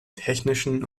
technischen